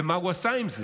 ומה הוא עשה עם זה.